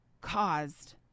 caused